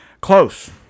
Close